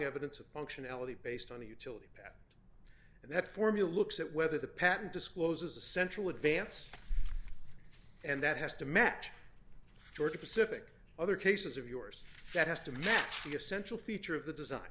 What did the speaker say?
evidence of functionality based on the utility that that formula looks at whether the patent discloses the central advance and that has to match georgia pacific other cases of yours that has to match the essential feature of the design